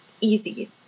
easy